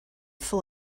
full